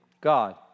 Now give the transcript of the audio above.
God